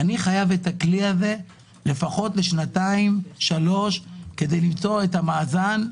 אני חייב את הכלי הזה לפחות לשנתיים שלוש כדי למצוא את המאזן,